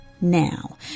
now